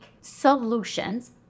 solutions